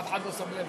אף אחד לא שם לב,